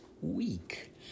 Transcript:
week